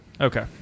Okay